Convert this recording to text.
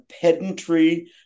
pedantry